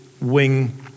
wing